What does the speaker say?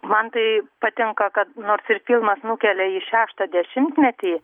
man tai patinka kad nors ir filmas nukelia į šeštą dešimtmetį